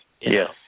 yes